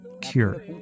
cure